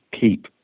keep